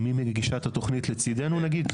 אם היא מגישה את התוכנית לצידנו, נגיד?